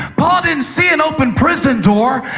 paul didn't see an open prison door.